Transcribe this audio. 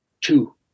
two